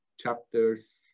chapters